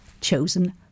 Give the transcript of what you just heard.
chosen